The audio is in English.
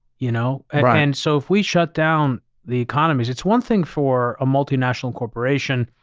you know and so if we shut down the economies, it's one thing for a multinational corporation,